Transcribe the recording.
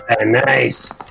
nice